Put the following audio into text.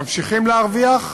ממשיכים להרוויח,